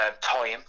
time